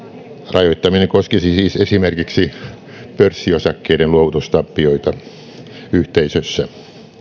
rajoittaminen koskisi siis esimerkiksi pörssiosakkeiden luovutustappioita yhteisössä